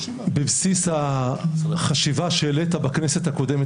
שבבסיס החשיבה שהעלית בכנסת הקודמת,